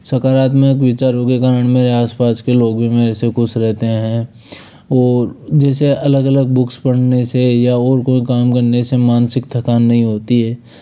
सकारात्मक विचारों के कारण मेरे आस पास के लोग भी मेरे से खुश रहते हैं और जैसे अलग अलग बुक्स पढ़ने से या और कोई काम करने से मानसिक थकान नहीं होती है